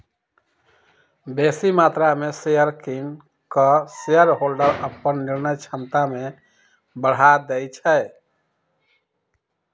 बेशी मत्रा में शेयर किन कऽ शेरहोल्डर अप्पन निर्णय क्षमता में बढ़ा देइ छै